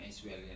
and